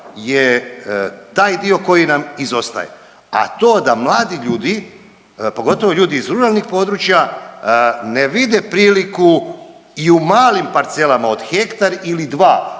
je taj dio koji dio nam izostaje, a to da mladi ljudi, pogotovo ljudi iz ruralnih područja, ne vide priliku i u malim parcelama od hektar ili dva